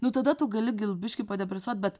nu tada tu gali biškį depresuot bet